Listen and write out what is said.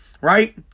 Right